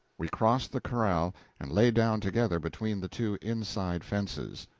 we crossed the corral and lay down together between the two inside fences.